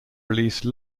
release